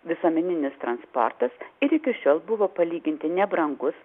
visuomeninis transportas ir iki šiol buvo palyginti nebrangus